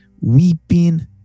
weeping